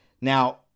Now